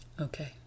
Okay